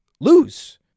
lose –